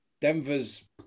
Denver's